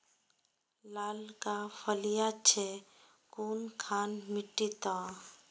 लालका फलिया छै कुनखान मिट्टी त?